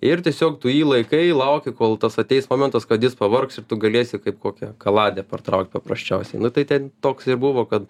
ir tiesiog tu jį laikai lauki kol tas ateis momentas kad jis pavargs ir tu galėsi kaip kokią kaladę partraukt paprasčiausiai nu tai ten toks ir buvo kad